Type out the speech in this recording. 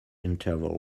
interval